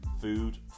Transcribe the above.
food